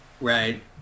Right